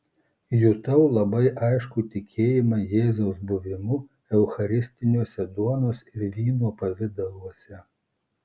jutau labai aiškų tikėjimą jėzaus buvimu eucharistiniuose duonos ir vyno pavidaluose